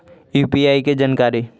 UPI के जानकारी?